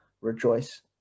rejoice